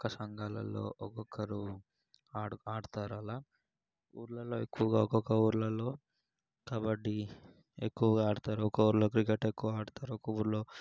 ఒక్కొక్క సంఘాలల్లో ఒక్కొక్కరు ఆడ్ ఆడతారు అలా ఊరులల్లో ఎక్కువుగా ఒక్కొక్క ఊరులల్లో కబడ్డీ ఎక్కువగా ఆడతారు ఒక్కొ ఊర్లో క్రికెట్ ఎక్కువ ఆడతారు ఒక్క ఊళ్ళో